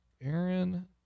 Aaron